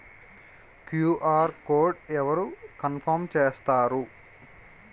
QR code అవరు confirm చేస్తారు?